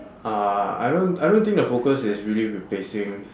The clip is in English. uh I don't I don't think the focus is really replacing